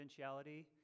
confidentiality